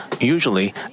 Usually